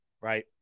right